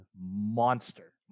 monster